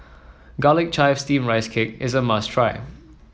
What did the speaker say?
Garlic Chives Steamed Rice Cake is a must try